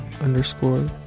underscore